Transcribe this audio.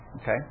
Okay